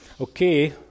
Okay